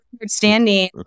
understanding